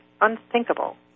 unthinkable